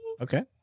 Okay